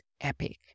epic